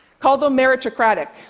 call them meritocratic.